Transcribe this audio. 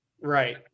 Right